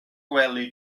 gwely